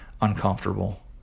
uncomfortable